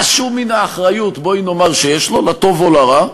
משהו מן האחריות, בואי נאמר שיש לו, לטוב או לרע.